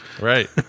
Right